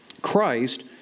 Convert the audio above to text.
Christ